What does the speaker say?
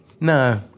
No